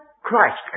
Christ